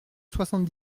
soixante